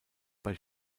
bei